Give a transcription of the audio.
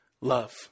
love